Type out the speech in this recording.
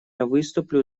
выступлю